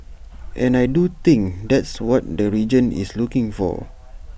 and I do think that's what the region is looking for